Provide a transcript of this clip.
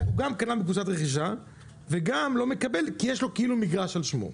הוא גם קנה בקבוצת רכישה וגם לא מקבל כי יש לו מגרש על שמו.